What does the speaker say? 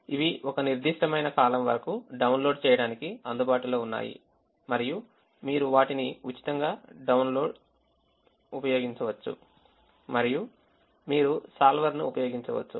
ఇవి ఒక నిర్దిష్టమైన కాలం వరకు డౌన్లోడ్ చేయడానికి అందుబాటులో ఉన్నాయి మరియు మీరు వాటిని ఉచిత డౌన్లోడ్గా ఉపయోగించవచ్చు మరియు మీరు solver ను ఉపయోగించవచ్చు